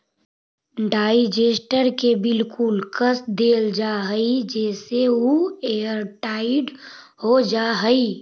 digester के बिल्कुल कस देल जा हई जेसे उ एयरटाइट हो जा हई